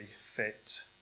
fit